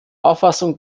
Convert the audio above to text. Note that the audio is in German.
auffassung